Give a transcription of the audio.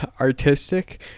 artistic